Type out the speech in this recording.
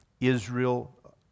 Israel